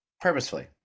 purposefully